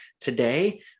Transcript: today